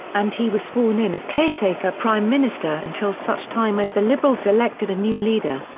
and he was sworn in as caretaker prime minister until such time as the liberals elected a new leader.